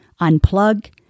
Unplug